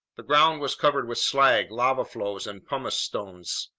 the ground was covered with slag, lava flows, and pumice stones.